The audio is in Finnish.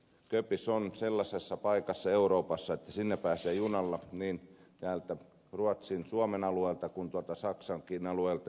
köpis on euroopassa sellaisessa paikassa että sinne pääsee junalla niin täältä ruotsin suomen alueelta kuin tuolta saksankin alueelta